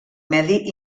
medi